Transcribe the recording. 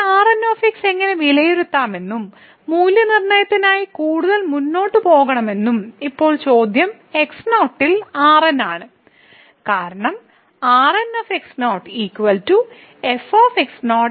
ഈ Rn എങ്ങനെ വിലയിരുത്താമെന്നും മൂല്യനിർണ്ണയത്തിനായി കൂടുതൽ മുന്നോട്ട് പോകണമെന്നും ഇപ്പോൾ ചോദ്യം x0 ൽ Rn ആണ് കാരണം Rn f - Pn